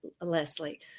Leslie